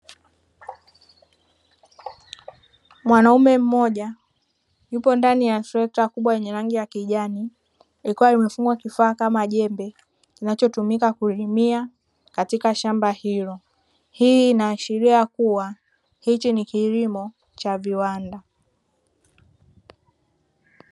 Mwanaume mmoja yupo ndani ya trekta kubwa yenye rangi ya kijani, lilikuwa imefungwa kifaa kama jembe kinachotumika kulimia katika shamba hilo. Hii inaashiria kuwa hichi ni kilimo cha viwanda.